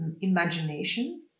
imagination